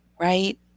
right